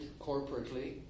corporately